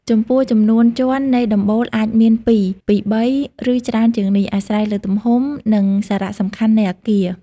ចំពោះចំនួនជាន់នៃដំបូលអាចមានពីពីរ បី ឬច្រើនជាងនេះ អាស្រ័យលើទំហំ និងសារៈសំខាន់នៃអគារ។